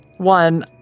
one